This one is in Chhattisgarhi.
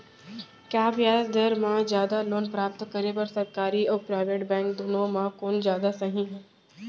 कम ब्याज दर मा जादा लोन प्राप्त करे बर, सरकारी अऊ प्राइवेट बैंक दुनो मा कोन जादा सही हे?